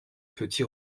petit